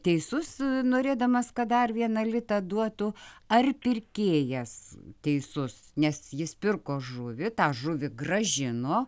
teisus norėdamas kad dar vieną litą duotų ar pirkėjas teisus nes jis pirko žuvį tą žuvį grąžino